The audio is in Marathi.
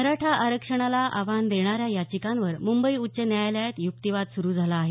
मराठा आरक्षणाला आव्हान देणाऱ्या याचिकांवर मुंबई उच्च न्यायालयात युक्तिवाद सुरू झाला आहे